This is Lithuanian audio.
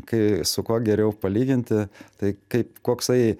kai su kuo geriau palyginti tai kaip koksai